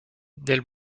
del